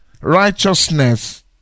Righteousness